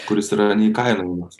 kuris yra neįkainojamas